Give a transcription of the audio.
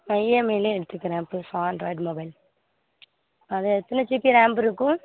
நான் இஎம்ஐயில் எடுத்துக்கிறேன் புதுசாக ஆண்ட்ராய்டு மொபைல் அது எத்தனை ஜிபி ரேம் இருக்கும்